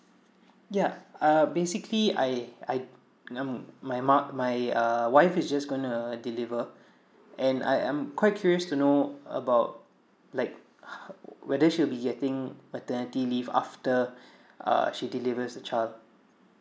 yeah uh basically I I my mo~ my uh wife is just gonna deliver and I am quite curious to know about like whether she will be getting maternity leave after err she delivers the child